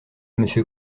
monsieur